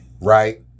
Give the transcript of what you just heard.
right